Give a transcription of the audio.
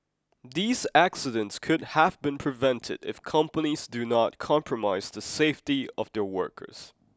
these accidents could have been prevented if companies do not compromise the safety of their workers